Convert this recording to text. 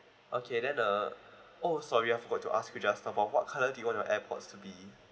okay then uh oh sorry I forgot to ask you just now what colour do you want the airpods to be